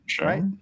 right